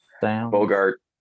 Bogart